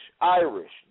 Irish